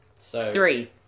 Three